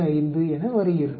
625 என வருகிறது